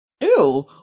ew